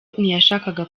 ntiyashakaga